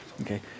Okay